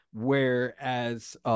Whereas